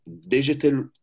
digital